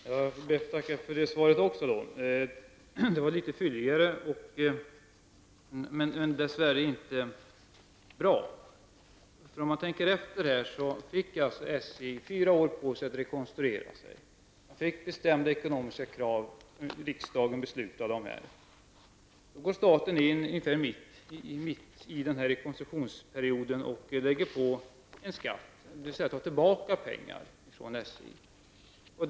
Herr talman! Jag ber att få tacka också för detta svar. Det var litet fylligare, men dess värre inte bra. SJ fick fyra år på sig att rekonstruera, och riksdagen beslutade om bestämda ekonomiska krav. Nu går staten in mitt i den här rekonstruktionsperioden och lägger på en skatt, dvs. tar tillbaka pengar från SJ.